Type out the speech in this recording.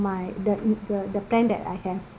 my the the the plan that I have